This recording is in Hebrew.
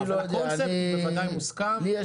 אבל הקונספט מוסכם.